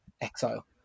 Exile